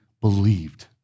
believed